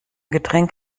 getränk